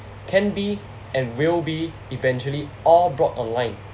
can be and will be eventually all brought online